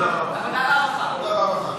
העבודה והרווחה.